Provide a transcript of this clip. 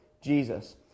Jesus